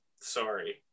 sorry